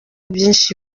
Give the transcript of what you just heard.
byinshi